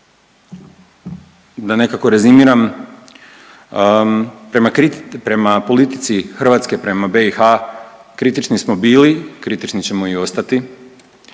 da nekako rezimiram, prema politici Hrvatske prema BiH kritični smo bili, kritični ćemo i ostati,